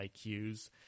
IQs